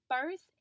first